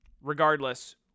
Regardless